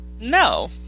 no